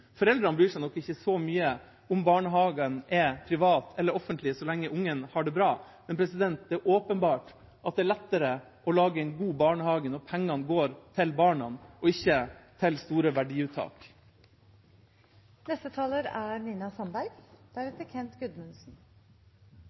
Foreldrene bryr seg nok ikke så mye om hvorvidt barnehagen er privat eller offentlig, så lenge ungene har det bra, men det er åpenbart at det er lettere å lage en god barnehage når pengene går til barna og ikke til store verdiuttak. Folkehøyskolenes formål er